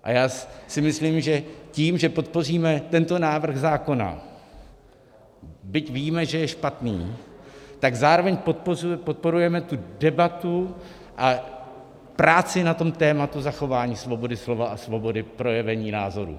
A já si myslím, že tím, že podpoříme tento návrh zákona, byť víme, že je špatný, tak zároveň podporujeme tu debatu a práci na tom tématu zachování svobody slova a svobody projevení názoru.